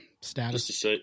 Status